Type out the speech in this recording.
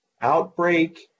outbreak